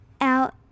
out